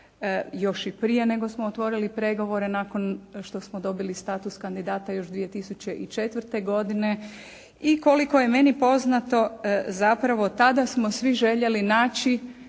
još i prije nego smo otvorili pregovore nakon što smo dobili status kandidata još 2004. godine i koliko je meni poznato zapravo tada smo svi željeli naći